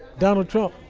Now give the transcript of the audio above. donald trump